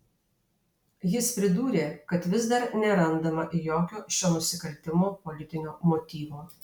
jis pridūrė kad vis dar nerandama jokio šio nusikaltimo politinio motyvo